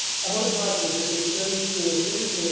and what it does is it it goes through a series of,